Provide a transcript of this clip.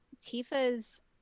Tifa's